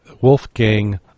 Wolfgang